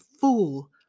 fool